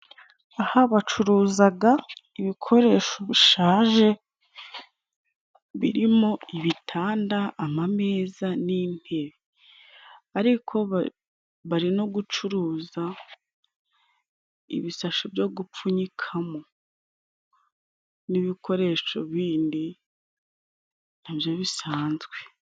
Aha bacuruzaga ibikoresho bishaje birimo: ibitanda ama meza, n'intebe ariko bari no gucuruza ibisashi byo gupfunyikamo n'ibikoresho bindi nabyo bisanzwe.